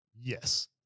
Yes